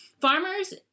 farmers